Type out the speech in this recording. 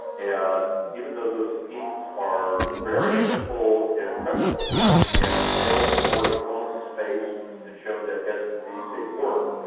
and even though those schemes are very simple in principle and sails have already flown in space and shown that, yes ah indeed they work,